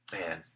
man